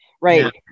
right